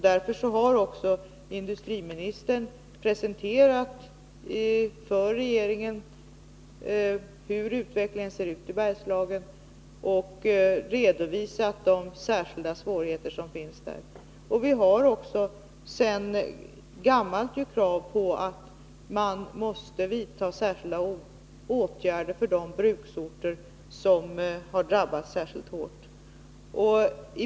Därför har också industriministern för regeringen presenterat hur utvecklingen i Bergslagen ser ut och redovisat de särskilda svårigheter som finns där. Vi har också sedan gammalt ett krav på särskilda åtgärder för de bruksorter som har drabbats särskilt hårt.